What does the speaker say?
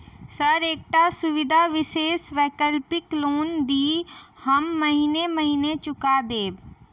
Sir एकटा सुविधा विशेष वैकल्पिक लोन दिऽ हम महीने महीने चुका देब?